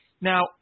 Now